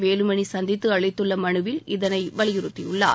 வேலுமணி சந்தித்து அளித்துள்ள மனுவில் இதனை வலியுறுத்தியுள்ளார்